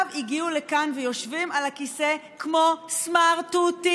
הגיעו לכאן ויושבים על הכיסא כמו סמרטוטים.